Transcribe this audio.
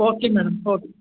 okay madam okay